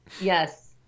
Yes